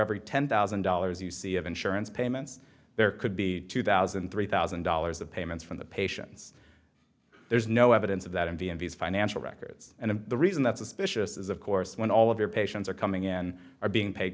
every ten thousand dollars you see of insurance payments there could be two thousand three thousand dollars of payments from the patients there's no evidence of that in the end these financial records and the reason that suspicious is of course when all of your patients are coming in are being paid